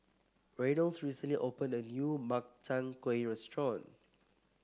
Reynolds recently opened a new Makchang Gui restaurant